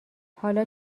حالا